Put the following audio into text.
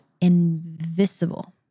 invisible